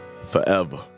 Forever